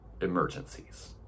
Emergencies